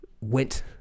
went